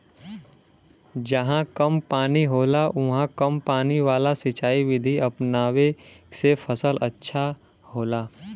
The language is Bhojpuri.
जहां कम पानी होला उहाँ कम पानी वाला सिंचाई विधि अपनावे से फसल अच्छा होला